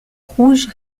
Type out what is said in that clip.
rouge